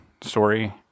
story